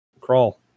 crawl